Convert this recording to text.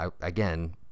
again